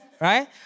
right